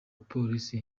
polisi